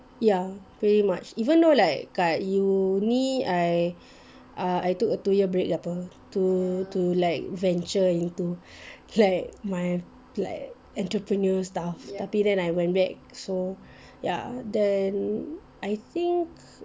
ya pretty much even though like kat uni I I took a two year break to to like venture into like my like entrepreneur stuff tapi then I went back so ya then I think